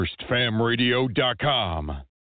Firstfamradio.com